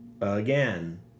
Again